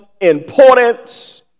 importance